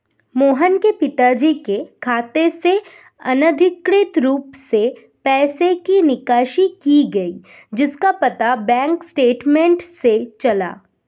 मोहन के पिताजी के खाते से अनधिकृत रूप से पैसे की निकासी की गई जिसका पता बैंक स्टेटमेंट्स से चला